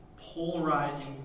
polarizing